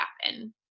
happen